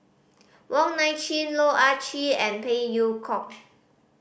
Wong Nai Chin Loh Ah Chee and Phey Yew Kok